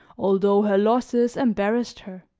although her losses embarrassed her